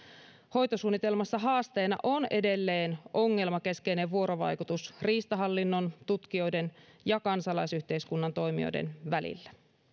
hoitosuunnitelmassa haasteena on edelleen ongelmakeskeinen vuorovaikutus riistahallinnon tutkijoiden ja kansalaisyhteiskunnan toimijoiden välillä